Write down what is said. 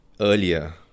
earlier